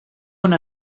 una